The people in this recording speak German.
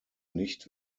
nicht